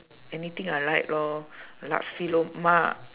anything I like lor nasi lemak